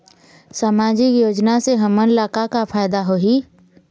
सामाजिक योजना से हमन ला का का फायदा होही?